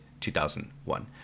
2001